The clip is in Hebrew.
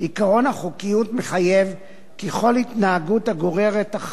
עקרון החוקיות מחייב כי כל התנהגות הגוררת אחריות